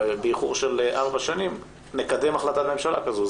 באיחור של ארבע שנים נקדם החלטת ממשלה כזו,